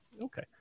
Okay